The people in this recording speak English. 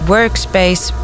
Workspace